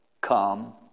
come